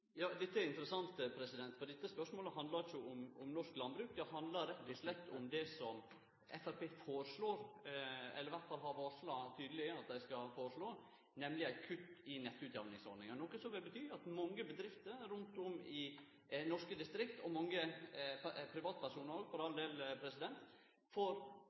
Ja, dette er interessant, for spørsmålet handlar ikkje om norsk landbruk. Det handlar rett og slett om det som Framstegspartiet har varsla tydeleg at dei skal foreslå, nemleg eit kutt i utjamningsordninga for nettleige, noko som vil bety at mange bedrifter rundt om i norske distrikt, og mange privatpersonar òg, for all del, får auka utgifter i sitt forsøk på